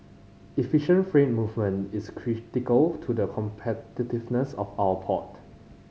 efficient freight movement is critical to the competitiveness of our port